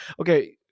Okay